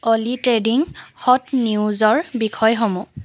অ'লিট্ৰেণ্ডিং hot নিউজৰ বিষয়সমূহ